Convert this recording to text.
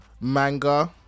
manga